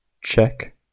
check